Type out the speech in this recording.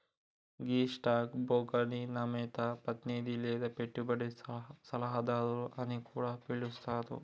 గీ stock బ్రోకర్ని నమోదిత ప్రతినిధి లేదా పెట్టుబడి సలహాదారు అని కూడా పిలుస్తారు